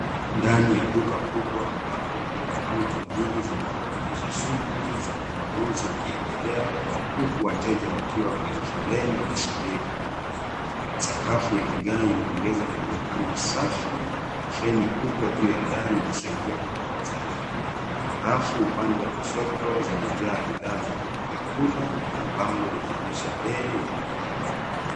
Ndani ya duka kubwa ambapo kuna kaunta mbili zinazoonyesha shughuli za ununuzi ukiendelea huku wateja wakiwa kwenye foleni wakisubiri kuhudumiwa. Sakafu ya vigae inaongeza mwonekano safi na feni kubwa juu ya dari inasaidia kupooza hewa. Rafu upande wa kushoto zimejaa bidhaa za vyakula na bango linaonyesha bei ya bidhaa.